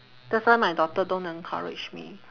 that's why my doctor don't encourage me